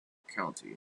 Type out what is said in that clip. county